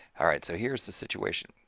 alright so here's the situation.